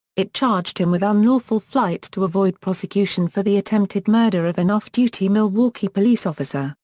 it charged him with unlawful flight to avoid prosecution for the attempted murder of an off-duty milwaukee police officer,